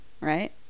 right